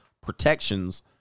protections